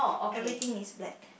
everything is black